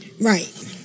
Right